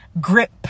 grip